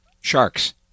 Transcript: Sharks